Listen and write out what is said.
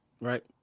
right